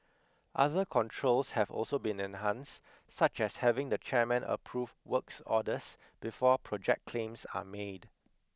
other controls have also been enhanced such as having the chairman approve works orders before project claims are made